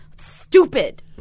Stupid